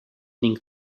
ning